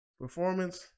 Performance